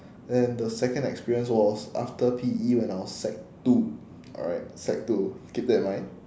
then the second experience was after P_E when I was sec two alright sec two keep that in mind